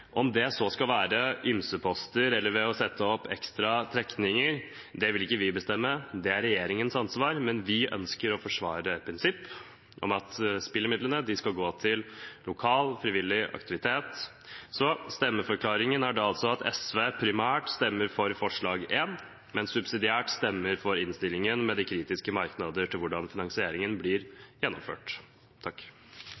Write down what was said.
Om det skal være ymse-poster eller ved å sette opp ekstra trekninger, vil ikke vi bestemme, det er regjeringens ansvar, men vi ønsker å forsvare et prinsipp om at spillemidlene skal gå til lokal frivillig aktivitet. Stemmeforklaringen er da at SV primært stemmer for forslag nr. 1, men subsidiært stemmer for innstillingen, med de kritiske merknader til hvordan finansieringen blir